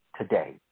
today